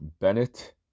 Bennett